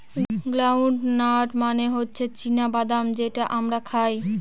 ground nut মানে হচ্ছে চীনা বাদাম যেটা আমরা খাই